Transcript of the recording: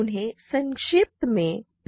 उन्हें संक्षेप में PID भी कहते है